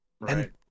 right